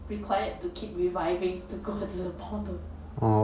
required to keep reviving to go to the portal